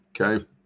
okay